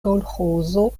kolĥozo